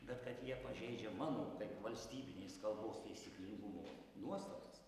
bet kad jie pažeidžia mano kaip valstybinės kalbos taisyklingumo nuostatas